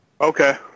Okay